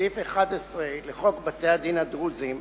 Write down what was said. סעיף 11 לחוק בתי-הדין הדתיים הדרוזיים,